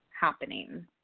happening